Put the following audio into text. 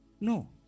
No